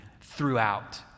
throughout